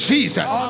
Jesus